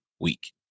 week